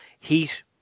heat